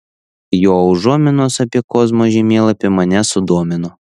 jo užuominos apie kozmo žemėlapį mane sudomino